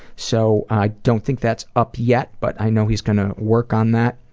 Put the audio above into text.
so i don't think that's up yet but i know he's going to work on that.